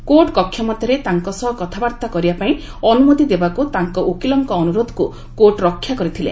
କୋର୍ଟକ୍ଷ ମଧ୍ୟରେ ତାଙ୍କ ସହ କଥାବାର୍ତ୍ତା କରିବାପାଇଁ ଅନୁମତି ଦେବାକୁ ତାଙ୍କ ଓକିଲଙ୍କ ଅନୁରୋଧକୁ କୋର୍ଟ ରକ୍ଷାକରିଥିଲେ